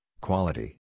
quality